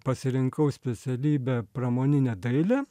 pasirinkau specialybę pramoninę dailę